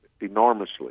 enormously